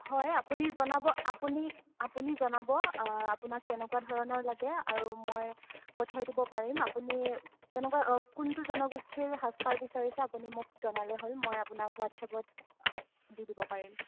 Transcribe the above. হয় আপুনি জনাব আপুনি আপুনি জনাব আপোনাক কেনেকুৱা ধৰণৰ লাগে আৰু মই পঠিয়াই দিব পাৰিম আপুনি কেনেকুৱা কোনটো জনগোষ্ঠীৰ সাজ পাৰ বিচাৰিছে আপুনি মোক জনালে হ'ল মই আপোনাক হোৱাতছাপত দি দিব পাৰিম